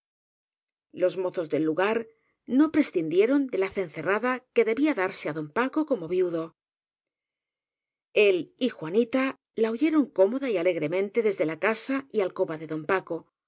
los mozos del lugar no prescindieron de la cencerrada que debía darse á don paco como viudo él y juanita la oyeron cómoda y alegremente desde la casa y alcoba de don paco